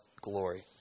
glory